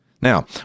Now